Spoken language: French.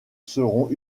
seront